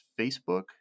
Facebook